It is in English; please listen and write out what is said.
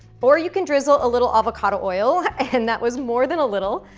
or, you can drizzle a little avocado oil, and that was more than a little,